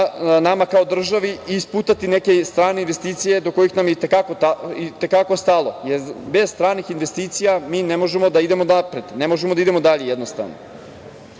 nama kao državi i sputati neke strane investicije do kojih nam i te kako stalo, jer bez stranih investicija mi ne možemo da idemo napred, ne možemo da idemo dalje jednostavno. Već